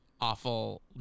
awful